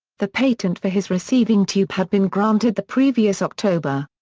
the patent for his receiving tube had been granted the previous october.